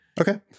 Okay